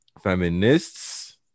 Feminists